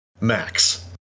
Max